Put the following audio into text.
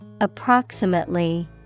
Approximately